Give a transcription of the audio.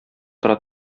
тора